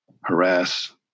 harass